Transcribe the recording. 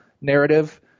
narrative